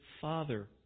Father